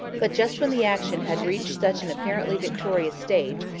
but, just when the action had reached such an apparently victorious stage,